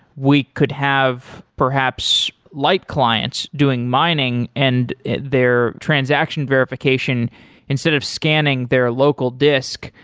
we could have perhaps light clients doing mining and their transaction verification instead of scanning their local disk,